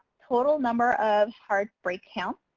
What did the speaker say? total number of hard brake counts.